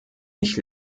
nicht